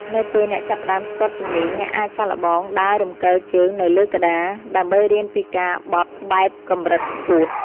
នៅពេលអ្នកចាប់ផ្ដើមស្ទាត់ជំនាញ អ្នកអាចសាកល្បងដើររំកិលជើងនៅលើក្តារ ដើម្បីរៀនពីការបត់បែបកម្រិតខ្ពស់។